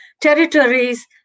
territories